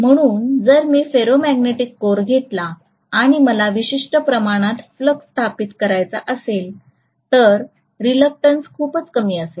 म्हणून जर मी फेरोमॅग्नेटिक कोर घेतला आणि मला विशिष्ट प्रमाणात फ्लक्स स्थापित करायचा असेल तर रिलक्टंस खूपच कमी असेल